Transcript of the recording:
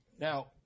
Now